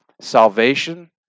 Salvation